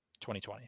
2020